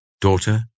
daughter